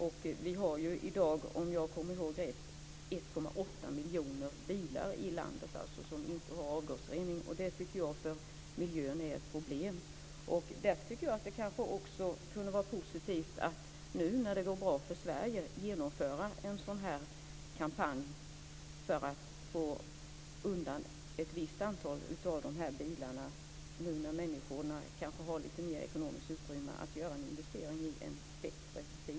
Om jag kommer ihåg rätt har vi i dag 1,8 miljoner bilar i landet som inte har avgasrening. Det tycker jag är ett problem för miljön. Därför tycker jag att det skulle vara positivt att nu, när det går bra för Sverige, genomföra en sådan här kampanj för att få undan ett visst antal av de här bilarna. Nu har ju människorna kanske lite mer ekonomiskt utrymme för att göra en investering i en bättre bil.